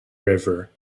river